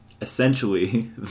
essentially